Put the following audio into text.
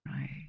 Right